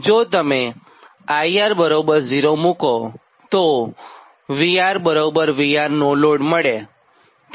જો તમે IR 0 મુકોતો VR VRNL મળે